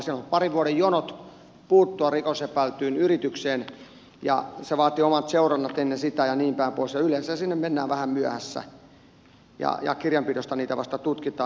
siellä on parin vuoden jonot puuttua rikos epäiltyyn yritykseen ja se vaatii omat seurannat ennen sitä ja niin päin pois ja yleensähän sinne mennään vähän myöhässä ja kirjanpidosta niitä vasta tutkitaan